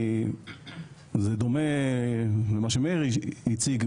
זה דומה למה שמאיר הציג,